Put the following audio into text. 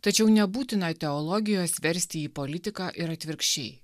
tačiau nebūtina teologijos versti į politiką ir atvirkščiai